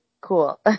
cool